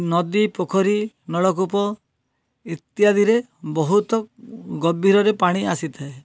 ନଦୀ ପୋଖରୀ ନଳକୂପ ଇତ୍ୟାଦିରେ ବହୁତ ଗଭୀରରେ ପାଣି ଆସିଥାଏ